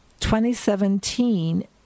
2017